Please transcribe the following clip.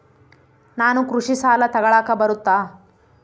ನಾನು ಕೃಷಿ ಸಾಲ ತಗಳಕ ಬರುತ್ತಾ?